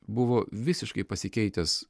buvo visiškai pasikeitęs